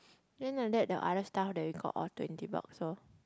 then like that they are other stuff that we got all twenty box loh